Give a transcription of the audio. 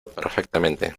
perfectamente